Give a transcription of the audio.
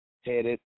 headed